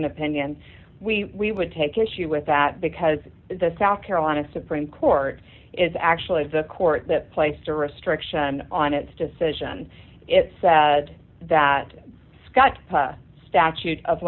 n opinion we would take issue with that because the south carolina supreme court is actually the court that placed a restriction on its decision it said that scott statute of